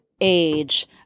age